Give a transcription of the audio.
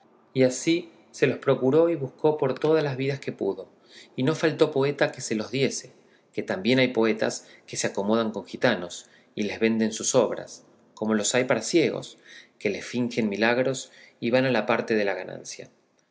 y así se los procuró y buscó por todas las vías que pudo y no faltó poeta que se los diese que también hay poetas que se acomodan con gitanos y les venden sus obras como los hay para ciegos que les fingen milagros y van a la parte de la ganancia